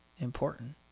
important